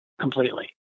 Completely